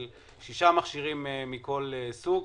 של 6 מכשירים מכל סוג.